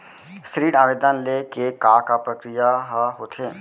ऋण आवेदन ले के का का प्रक्रिया ह होथे?